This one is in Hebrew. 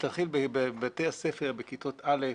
שתתחיל בבתי הספר, בכיתות א',